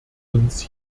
uns